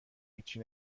هیچی